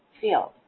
field